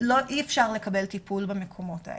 אי אפשר לקבל טיפול במקומות האלה.